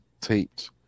taped